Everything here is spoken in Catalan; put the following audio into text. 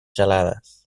gelades